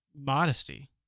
modesty